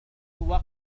وقتك